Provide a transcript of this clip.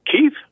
Keith